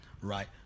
Right